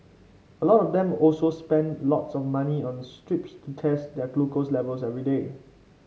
a lot of them also spend lots of money on strips to test their glucose levels every day